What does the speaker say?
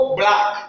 black